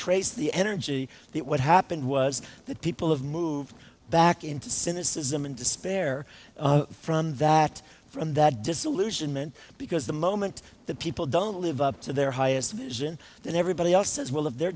trace the energy that what happened was that people have moved back into cynicism and despair from that from that disillusionment because the moment the people don't live up to their highest vision that everybody else says well of they're